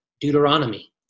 Deuteronomy